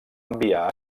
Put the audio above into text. enviar